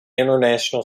international